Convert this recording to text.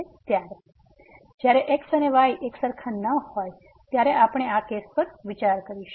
તેથી જ્યારે x અને y એકસરખા ન હોય ત્યારે આપણે આ કેસ પર વિચાર કરીશું